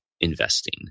investing